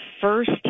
first